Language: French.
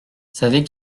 savait